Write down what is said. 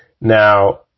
Now